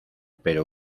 pero